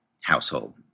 household